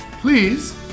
Please